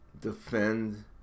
defend